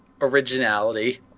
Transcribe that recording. originality